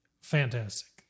fantastic